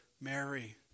Mary